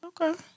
okay